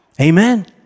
Amen